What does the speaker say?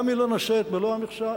גם אם לא נעשית מלוא המכסה,